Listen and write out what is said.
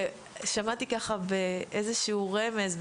שמעתי באיזשהו רמז,